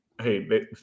Hey